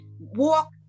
Walk